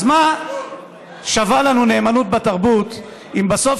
אז מה שווה לנו נאמנות בתרבות אם בסוף,